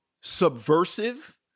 subversive